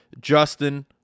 Justin